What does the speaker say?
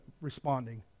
responding